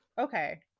okay